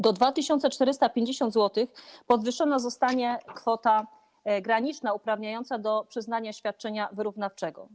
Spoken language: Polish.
Do 2450 zł podwyższona zostanie kwota graniczna uprawniająca do przyznania świadczenia wyrównawczego.